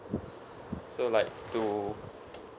so like to